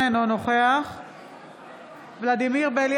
אינו נוכח יואב בן צור,